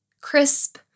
crisp